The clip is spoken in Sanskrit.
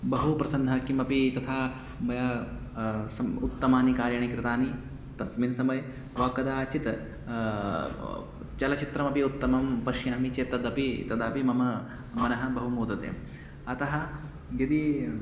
बहु प्रसन्नं किमपि तथा मया सम्यक् उत्तमानि कार्याणि कृतानि तस्मिन् समये वा कदाचित् चलच्चित्रमपि उत्तमं पश्यामि चेत् तद् अपि तदापि मम मनः बहु मोदते अतः यदि